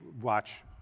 watch